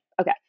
okay